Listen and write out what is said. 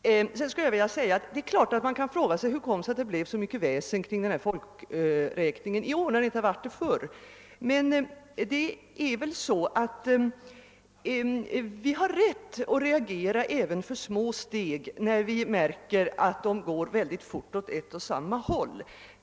Självfallet kan man fråga sig varför det blivit så mycket väsen om folkräkningen i år men inte tidigare. Jag menar emellertid att vi har rätt att reagera även för små steg när vi finner att de leder mycket snabbt åt samma håll.